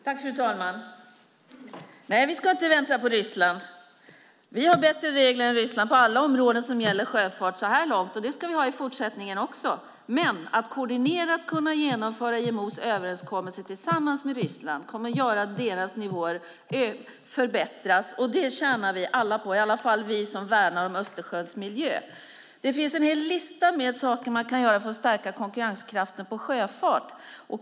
Fru talman! Nej, vi ska inte vänta på Ryssland. Vi har bättre regler än Ryssland på alla områden som gäller sjöfart så här långt, och det ska vi ha i fortsättningen också. Men om vi koordinerat genomför IMO:s överenskommelse tillsammans med Ryssland kommer det att göra att deras nivåer förbättras. Det tjänar vi alla på, i alla fall vi som värnar om Östersjöns miljö. Det finns en hel lista med saker man kan göra för att stärka konkurrenskraften för sjöfart.